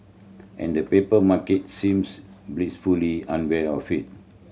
and the paper market seems blissfully unaware of it